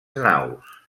naus